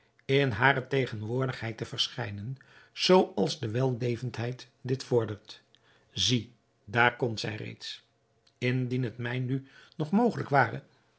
in hare tegenwoordigheid te verschijnen zoo als de wellevendheid dit vordert zie daar komt zij reeds indien het mij nu nog mogelijk ware